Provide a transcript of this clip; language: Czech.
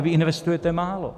Vy investujete málo.